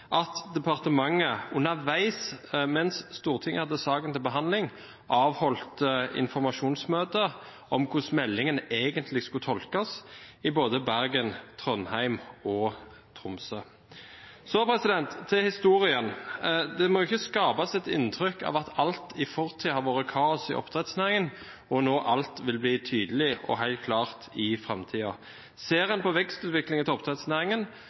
at departementet underveis, mens Stortinget hadde saken til behandling, avholdt informasjonsmøter i både Bergen, Trondheim og Tromsø om hvordan meldingen egentlig skulle tolkes. Så til historien: Det må ikke skapes et inntrykk av at alt i fortiden har vært kaos i oppdrettsnæringen, og at alt vil bli tydelig og helt klart i framtiden. Ser en på vekstutviklingen til oppdrettsnæringen,